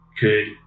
good